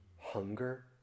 hunger